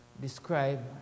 describe